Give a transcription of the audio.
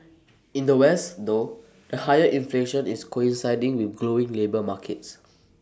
in the west though the higher inflation is coinciding with glowing labour markets